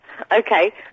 Okay